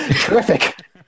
Terrific